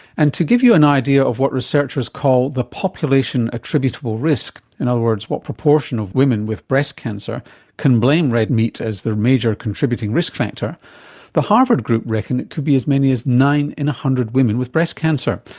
and to give you an idea of what researchers call the population attributable risk, in other words, what proportion of women with breast cancer can blame red meat as their major contributing risk factor the harvard group reckon it could be as many as nine in one hundred women with breast cancer,